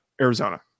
Arizona